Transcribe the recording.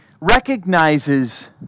recognizes